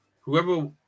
Whoever